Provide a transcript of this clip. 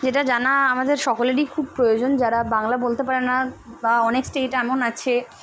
যেটা জানা আমাদের সকলেরই খুব প্রয়োজন যারা বাংলা বলতে পারে না বা অনেক স্টেট এমন আছে